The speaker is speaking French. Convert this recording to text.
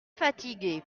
fatigué